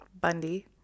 Bundy